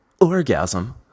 orgasm